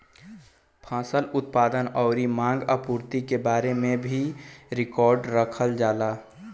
फसल उत्पादन अउरी मांग आपूर्ति के बारे में भी सब रिकार्ड रखल जाला